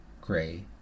gray